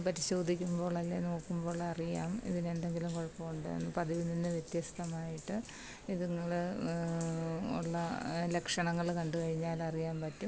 പരിശോധിക്കുമ്പോൾ അല്ലേൽ നോക്കുമ്പോളറിയാം ഇതിനെന്തെങ്കിലും കുഴപ്പം ഉണ്ടോ എന്ന് പതിവിൽ നിന്ന് വ്യത്യസ്തമായിട്ട് ഇതുങ്ങള് ഉള്ള ലക്ഷണങ്ങള് കണ്ടു കഴിഞ്ഞാലറിയാൻ പറ്റും